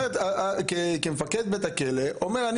מפקד בית הכלא אומר,